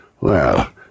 Well